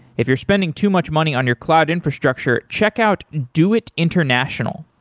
if you're spending too much money on your cloud infrastructure, check out doit international.